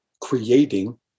creating